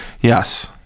Yes